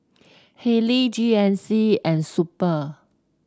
Haylee G N C and Super